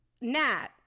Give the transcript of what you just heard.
Nat